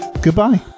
goodbye